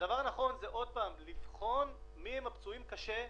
הדבר הנכון זה לבחון מי הם הפצועים קשה,